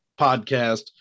podcast